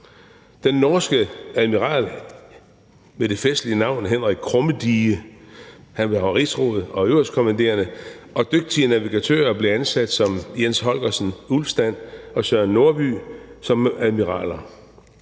Den norske admiral med det festlige navn Henrik Krummedige – han var rigsråd og øverstkommanderende – og dygtige navigatører blev ansat og Jens Holgersen Ulfstand og Søren Nordby som admiraler.